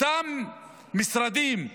אותם משרדים,